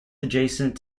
adjacent